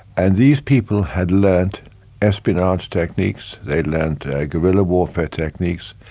and these people had learnt espionage techniques, they'd learnt guerrilla warfare techniques,